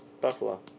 Buffalo